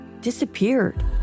disappeared